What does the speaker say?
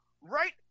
right